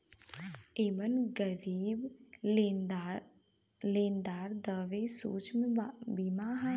एमन गरीब लेनदार बदे सूक्ष्म बीमा होला